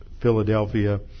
Philadelphia